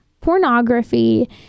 pornography